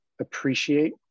appreciate